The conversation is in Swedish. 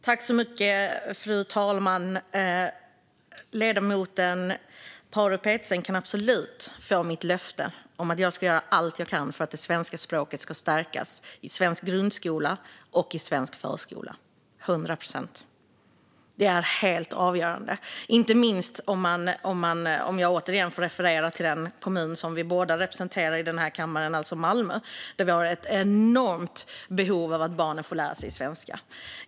Fru talman! Jag kan till hundra procent lova ledamoten Paarup-Petersen att jag ska göra allt jag kan för att stärka svenska språkets ställning i förskola och grundskola. Det är helt avgörande. Det gäller inte minst i Malmö, som vi båda representerar, där behovet av att barn lär sig svenska är enormt.